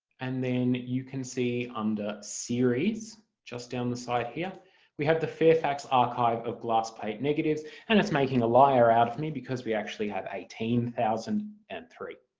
and then you can see under series just down the side here we have the fairfax archive of glass plate negatives and it's making a liar out of me because we actually have eighteen thousand and three.